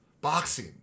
Boxing